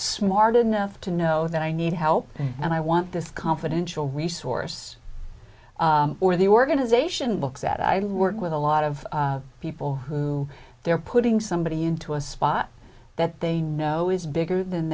smart enough to know that i need help and i want this confidential resource or the organization books that i love with a lot of people who they're putting somebody into a spot that they know is bigger than